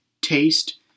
taste